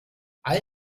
all